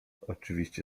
oczywiście